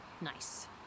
Nice